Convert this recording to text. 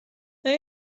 آیا